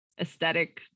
aesthetic